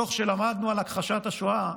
מתוך שלמדנו על הכחשת השואה,